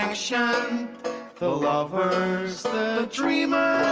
connection the lovers the dreamers